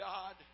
God